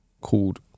called